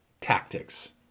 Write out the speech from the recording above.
tactics